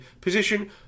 position